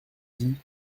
dit